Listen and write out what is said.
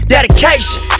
Dedication